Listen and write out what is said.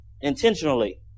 Intentionally